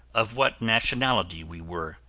of what nationality we were.